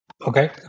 Okay